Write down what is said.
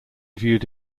viewed